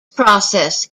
process